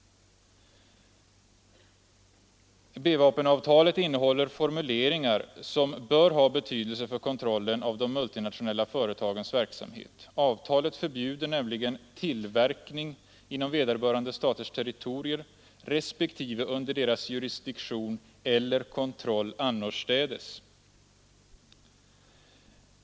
B-vapenavtalet innehåller formuleringar som bör ha betydelse för kontrollen av de multinationella företagens verksamhet. Avtalet förbjuder nämligen tillverkning inom vederbörande staters territorier respektive under deras jurisdiktion eller kontroll annorstädes.